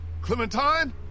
Clementine